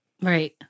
right